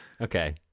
Okay